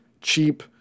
cheap